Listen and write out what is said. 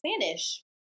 Spanish